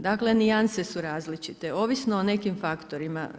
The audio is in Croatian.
Dakle nijanse su različite ovisno o nekim faktorima.